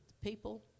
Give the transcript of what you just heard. people